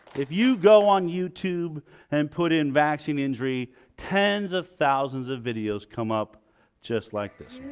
if you go on youtube and put in vaccine injury tens of thousands of videos come up just like this